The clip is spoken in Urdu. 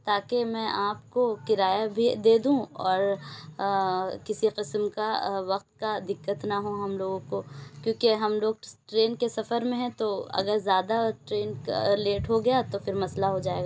تاکہ میں آپ کو کرایہ بھی دے دوں اور کسی قسم کا وقت کا دقت نہ ہو ہم لوگوں کو کیونکہ ہم لوگ ٹرین کے سفر میں ہیں تو اگر زیادہ ٹرین لیٹ ہو گیا تو پھر مسئلہ ہو جائے گا